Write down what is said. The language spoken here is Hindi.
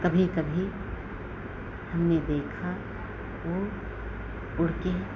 कभी कभी हमने देखा वह उड़कर